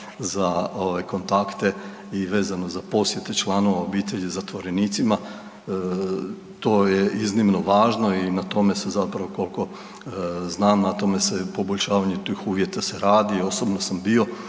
za kontakte i vezano za posjete članova obitelji zatvorenicima, to je iznimno važno i na tome se koliko znam na poboljšavanju tih uvjeta se radi. Osobno sam bio